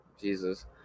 Jesus